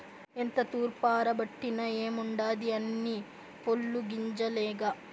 ఎంత తూర్పారబట్టిన ఏముండాది అన్నీ పొల్లు గింజలేగా